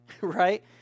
right